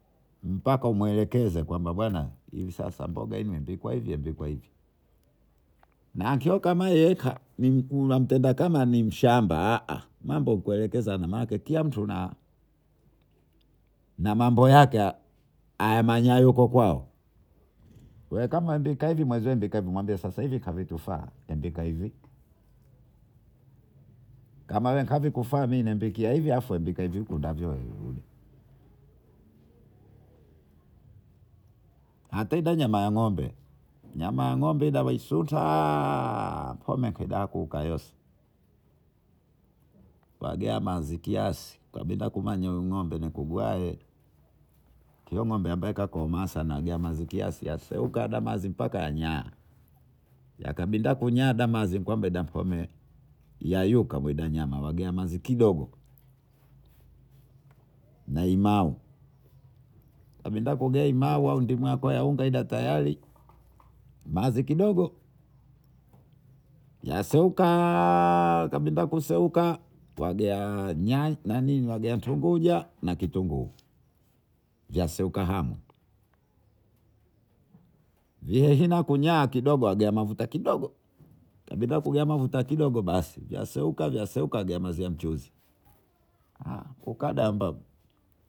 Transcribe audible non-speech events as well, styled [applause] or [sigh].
Mbaka umwelekeze kwamba bwana hivi sasa mboga mepikwa hivi mepikwa hivi na akiwa kama heka unamtetakama nimshama [hesitation] mambo kuelekezana manake kila mtu na mambo yake ayamanyayo huko kwao we kama mbika hivi mwenzio mbika hivi mwambie sasa hivi we mbika hivi kama we kazi kufa mi ambika hivi afu huku ndavyo uheule. Hatainyana nyamaya ng'ombe nyama ya ngo'mbe ile waisuta [hesitation] pomekidayakugayosi wages manzi kiasi kabinda kumanyoe ng'ombe nikugwae kio ngo'mbe ambayekagomasi anamazi asehuka mbaka anyaa yakabindakunazi ngo'mbe damkwameyuka widanyama wagea mazi kidogo. Na imao kabinda kugea imao ndimwako yaungwa tayari mazi kidogo [hesitation] wagea tunguja na kitungu vyasehuka hamwe lehehinyakunya kidogo wagea mafuta kidogo kitoka gaea kidogo basi yasehuka yasehuka aga maziwa mchuzi.